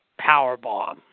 Powerbomb